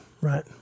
right